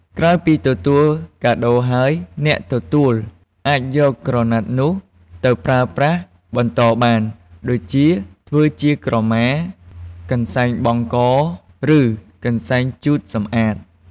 ក្រោយពីទទួលកាដូរហើយ អ្នកទទួលអាចយកក្រណាត់នោះទៅប្រើប្រាស់បន្តបាន ដូចជាធ្វើជាក្រមា កន្សែងបង់ក ឬកន្សែងជូតសម្អាត។